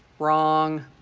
wrong.